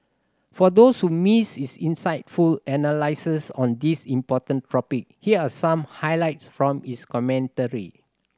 for those who missed his insightful analysis on this important topic here are some highlights from his commentary